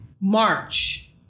March